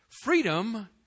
Freedom